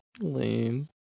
Lame